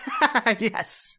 Yes